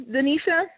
Denisha